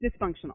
dysfunctional